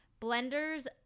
blenders